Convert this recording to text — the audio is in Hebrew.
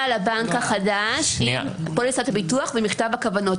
לבנק החדש עם פוליסת הביטוח ומכתב הכוונות.